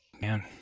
man